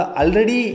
already